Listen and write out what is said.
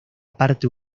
parte